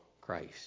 Christ